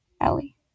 Ellie